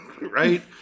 Right